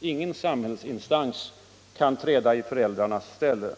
Ingen samhällsinsats kan träda i deras ställe.